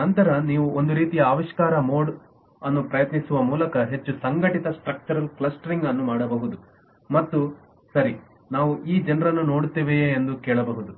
ನಂತರ ನೀವು ಒಂದು ರೀತಿಯ ಆವಿಷ್ಕಾರ ಮೋಡ್ ಅನ್ನು ಪ್ರಯತ್ನಿಸುವ ಮೂಲಕ ಹೆಚ್ಚು ಸಂಘಟಿತ ಸ್ಟ್ರಕ್ಚರಲ್ ಕ್ಲಸ್ಟರಿಂಗ್ ಅನ್ನು ಮಾಡಬಹುದು ಮತ್ತು ಸರಿ ನಾವು ಈ ಜನರನ್ನು ನೋಡುತ್ತೇವೆಯೇ ಎಂದು ಹೇಳಬಹುದು